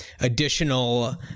additional